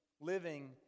living